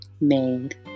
made